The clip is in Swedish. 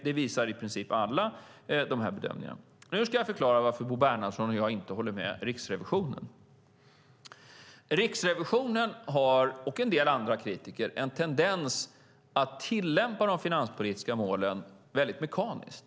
Det visar i princip alla de här bedömningarna. Nu ska jag förklara varför Bo Bernhardsson och jag inte håller med Riksrevisionen. Riksrevisionen och en del andra kritiker har en tendens att tillämpa de finanspolitiska målen väldigt mekaniskt.